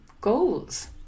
goals